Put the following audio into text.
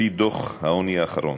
לפי דוח העוני האחרון,